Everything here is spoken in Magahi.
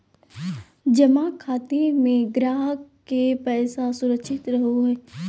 जमा खाते में ग्राहक के पैसा सुरक्षित रहो हइ